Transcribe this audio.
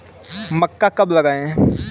मक्का कब लगाएँ?